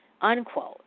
unquote